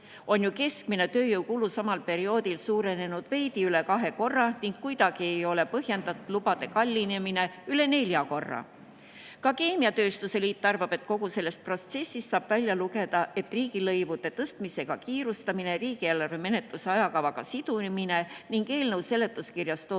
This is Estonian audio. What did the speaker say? On ju keskmine tööjõukulu samal perioodil suurenenud veidi üle kahe korra ning kuidagi ei ole põhjendatud lubade kallinemine üle nelja korra. Keemiatööstuse liit arvab samuti, et kogu sellest protsessist saab välja lugeda, et riigilõivude tõstmisega kiirustamine, riigieelarve menetluse ajakavaga sidumine ning eelnõu seletuskirjas toodud